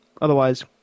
Otherwise